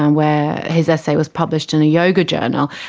um where his essay was published in a yoga journal.